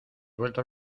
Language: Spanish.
vuelto